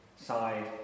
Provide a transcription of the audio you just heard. side